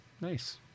Nice